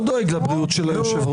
1,201 מי בעד?